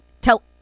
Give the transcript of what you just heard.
tell